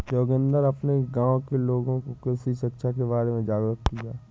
जोगिंदर अपने गांव के लोगों को कृषि शिक्षा के बारे में जागरुक किया